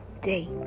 day